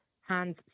hands